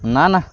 ନା ନା